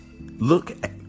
look